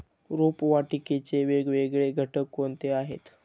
रोपवाटिकेचे वेगवेगळे घटक कोणते आहेत?